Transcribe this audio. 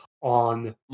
on